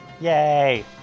Yay